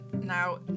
Now